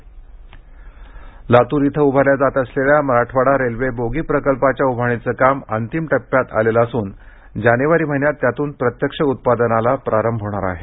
ब्रातूर railway bogie लात्र इथं उभारल्या जात असलेल्या मराठवाडा रेल्वे बोगी प्रकल्पाच्या उभारणीचं काम अंतिम टप्प्यात आलेलं असून जानेवारी महिन्यात त्यातून प्रत्यक्ष उत्पादनास प्रारंअ होणार आहे